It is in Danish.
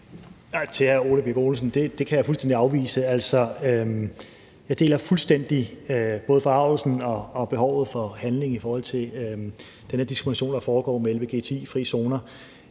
Nej – til hr. Ole Birk Olesen – det kan jeg fuldstændig afvise. Jeg deler fuldstændig både forargelsen og behovet for handling i forhold til den diskrimination, der foregår med lgbti-frie zoner.